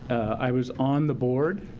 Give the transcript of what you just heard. i was on the board.